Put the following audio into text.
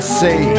say